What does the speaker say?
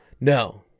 No